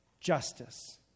justice